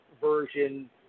version